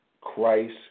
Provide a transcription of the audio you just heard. Christ